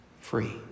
free